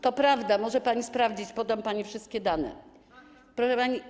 To prawda, może pani sprawdzić, podam pani wszystkie dane, proszę pani.